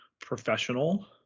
Professional